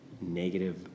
negative